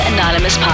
Anonymous